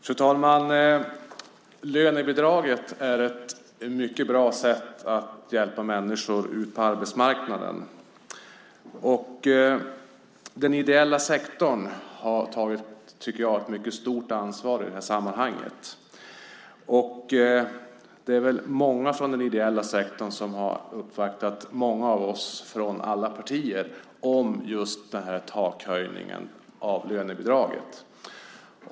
Fru talman! Lönebidraget är ett mycket bra sätt att hjälpa människor ut på arbetsmarknaden. Den ideella sektorn har, tycker jag, tagit ett mycket stort ansvar i det sammanhanget. Det är väl många från den ideella sektorn som uppvaktat många av oss - från alla partier - om just takhöjningen när det gäller lönebidraget.